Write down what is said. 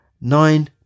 Nine